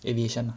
aviation